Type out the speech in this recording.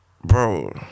bro